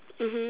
mmhmm